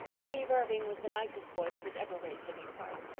steve irving was the nicest boy that was ever raised in these parts,